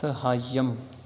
सहायम्